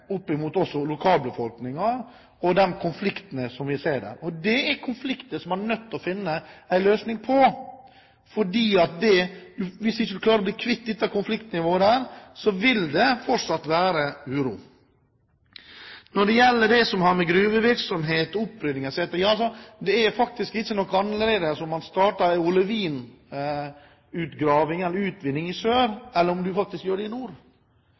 konfliktene vi ser der. Det er konflikter som man er nødt til å finne en løsning på. Hvis man ikke klarer å bli kvitt det konfliktnivået, vil det fortsatt være uro. Når det gjelder gruvevirksomhet og opprydding, er det faktisk ikke noe annerledes om man starter olivinutvinning i sør eller i nord, fordi det er virksomheten som genererer en del av problemstillingene. Man må ikke alltid prøve å gjøre det som skjer i nord til et problem, og at det er greit hvis det skjer i